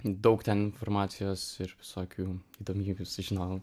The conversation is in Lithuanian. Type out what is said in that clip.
daug ten informacijos ir visokių įdomybių sužinojau